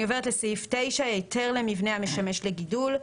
אני עוברת לסעיף 9 היתר למבנה המשמש לגידול.